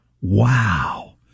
Wow